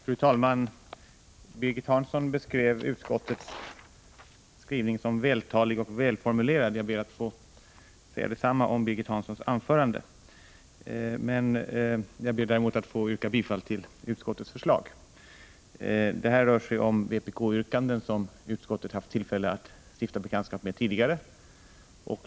Fru talman! Birgit Hansson beskrev utskottets skrivning som vältalig och välformulerad. Jag ber att få säga detsamma om Birgit Hanssons anförande. Jag ber emellertid att få yrka bifall till utskottets hemställan. Det rör sig här om vpk-yrkanden som utskottet haft tillfälle att stifta bekantskap med tidigare.